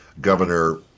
Governor